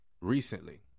recently